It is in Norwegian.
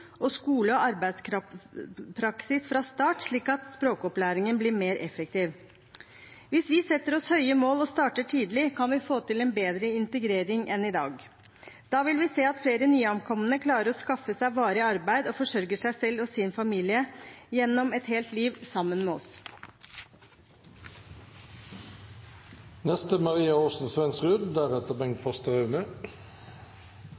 skole og arbeidspraksis fra starten, slik at språkopplæringen blir mer effektiv. Hvis vi setter oss høye mål og starter tidlig, kan vi få til en bedre integrering enn i dag. Da vil vi se at flere nyankomne klarer å skaffe seg varig arbeid og forsørge seg selv og sin familie gjennom et helt liv sammen med